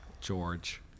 George